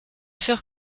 faire